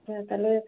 হ্যাঁ তাহলে